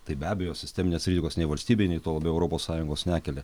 tai be abejo sisteminės rizikos nei valstybei nei tuo labiau europos sąjungos nekelia